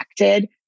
affected